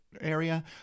Area